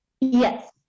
Yes